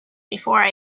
before